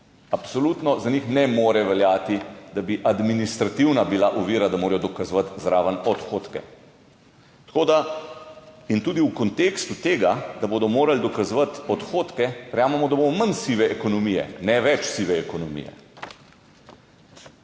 absolutno za njih ne more veljati, da bi administrativna bila ovira, da morajo dokazovati zraven odhodke. In tudi v kontekstu tega, da bodo morali dokazovati odhodke, verjamemo, da bo manj sive ekonomije, ne več sive ekonomije.